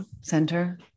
center